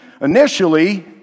initially